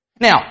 Now